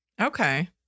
Okay